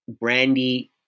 Brandy